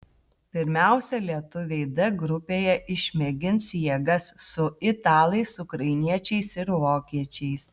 pirmiausia lietuviai d grupėje išmėgins jėgas su italais ukrainiečiais ir vokiečiais